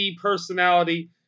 personality